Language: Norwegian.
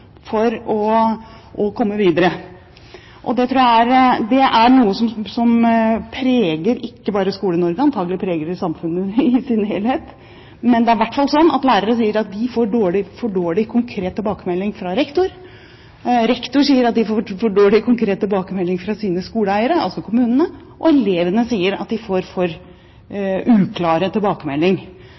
for å komme videre. Det er noe som preger ikke bare Skole-Norge – antakelig preger det samfunnet i sin helhet. Men det er i hvert fall sånn at lærere sier at de får for dårlig konkret tilbakemelding fra rektor, rektor sier at de får for dårlig konkret tilbakemelding fra sine skoleeiere, altså kommunene, og elevene sier at de får for uklar tilbakemelding